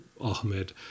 ahmed